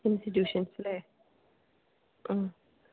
ഇൻസ്റ്റിട്യൂഷൻസിൻ്റെ